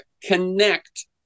connect